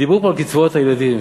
דיברנו כבר על קצבאות הילדים.